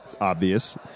obvious